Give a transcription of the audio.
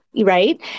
Right